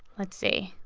let's see.